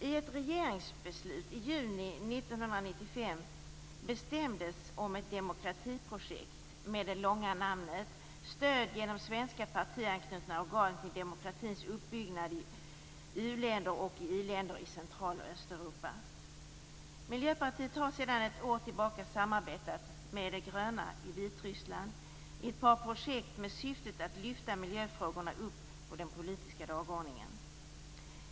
I ett regeringsbeslut i juni 1995 bestämdes om ett demokratiprojekt med det långa namnet Stöd genom svenska partianknutna organ till demokratins uppbyggnad i u-länder och i-länder i Central och Östeuropa. Miljöpartiet har sedan ett år tillbaka samarbetat med De gröna i Vitryssland i ett par projekt med syfte att lyfta upp miljöfrågorna på den politiska dagordningen.